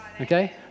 okay